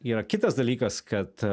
yra kitas dalykas kad